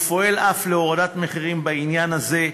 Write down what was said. והוא פועל אף להורדת מחירים בעניין הזה.